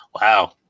Wow